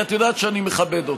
כי את יודעת שאני מכבד אותך.